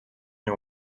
nie